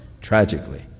Tragically